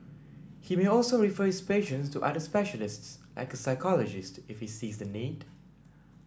he may also refer his patients to other specialists like a psychologist if he sees the need